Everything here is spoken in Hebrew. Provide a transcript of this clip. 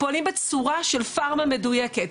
אנחנו פועלים בצורה של פארמה מדויקת.